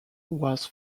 was